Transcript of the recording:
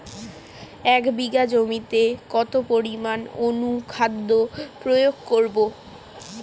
এক বিঘা জমিতে কতটা পরিমাণ অনুখাদ্য প্রয়োগ করব?